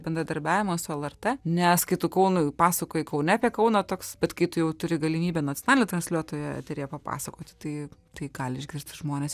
bendradarbiavimą su lrt nes kai tu kaunui pasakoji kaune apie kauną toks bet kai tu jau turi galimybę nacionalinio transliuotojo eteryje papasakoti tai tai gali išgirsti žmonės